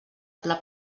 pla